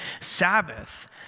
Sabbath